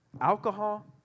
alcohol